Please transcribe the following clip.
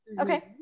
okay